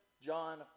John